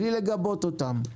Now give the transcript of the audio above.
בלי לגבות אותם.